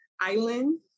island